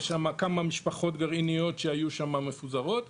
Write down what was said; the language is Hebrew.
יש שם כמה משפחות גרעיניות שהיו מפוזרות שם,